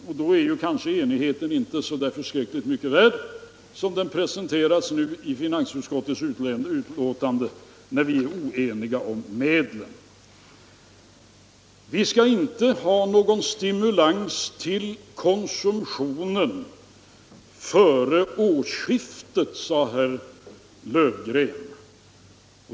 Men då är kanske den enighet som presenterats i finansutskottets betänkande inte så förskräckligt mycket värd, när vi är oeniga om medlen. Vidare sade herr Löfgren att vi inte skall ha någon stimulans till konsumtionen före årsskiftet.